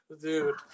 dude